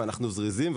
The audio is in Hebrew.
זריזים,